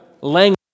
language